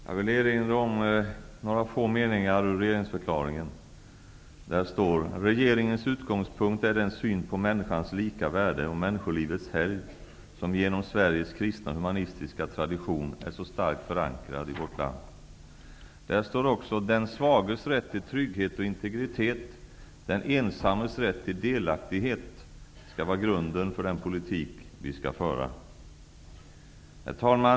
Herr talman! Jag vill erinra om några få meningar i regeringsförklaringen. Där står: '' Regeringens utgångspunkt är den syn på människors lika värde och människolivets helgd som genom Sveriges kristna och humanistiska tradition är så starkt förankrad i vårt land.'' Där står också att den svages rätt till trygghet och integritet och den ensammes rätt till delaktighet utgör grunden för den politik som vi skall föra. Herr talman!